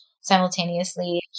simultaneously